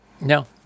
no